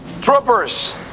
Troopers